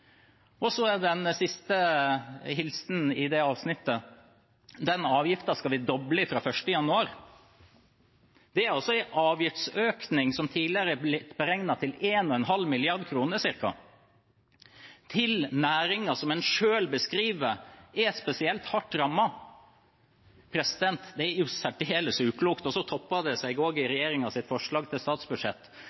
og så er det en siste hilsen i det avsnittet: at avgiften skal dobles 1. januar. Det er en avgiftsøkning som tidligere er blitt beregnet til ca. 1,5 mrd. kr, til en næring som en selv skriver er spesielt hardt rammet. Det er særdeles uklokt, og det topper seg i regjeringens forslag til statsbudsjett,